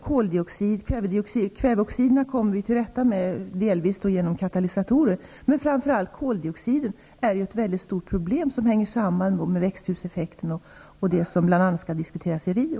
Kväveoxiderna kom vi ju delvis till rätta med i och med att katalysatorer infördes, men framför allt koldioxiderna är ju ett mycket stort problem som hänger samman med växthuseffekten och det som bl.a. skall diskuteras i Rio.